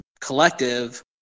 collective